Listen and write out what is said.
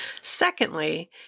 Secondly